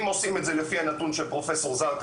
אם עושים את זה לפי הנתון של פרופ' זרקא